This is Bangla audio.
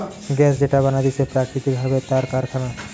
গ্যাস যেটা বানাতিছে প্রাকৃতিক ভাবে তার কারখানা